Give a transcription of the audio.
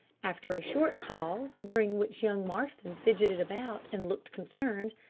after a short pause, during which young marston fidgeted about and looked concerned,